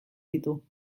ditu